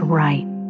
right